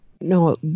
No